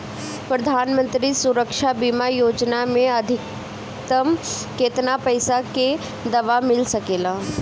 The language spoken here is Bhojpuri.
प्रधानमंत्री सुरक्षा बीमा योजना मे अधिक्तम केतना पइसा के दवा मिल सके ला?